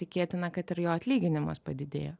tikėtina kad ir jo atlyginimas padidėjo